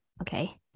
Okay